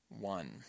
one